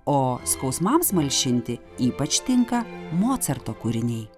o skausmams malšinti ypač tinka mocarto kūriniai